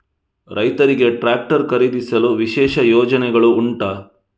ರೈತರಿಗೆ ಟ್ರಾಕ್ಟರ್ ಖರೀದಿಸಲು ವಿಶೇಷ ಯೋಜನೆಗಳು ಉಂಟಾ?